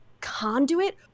conduit